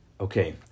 Okay